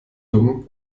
dumm